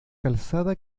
calzada